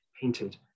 painted